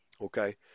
Okay